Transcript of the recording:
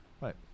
Right